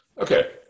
Okay